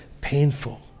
painful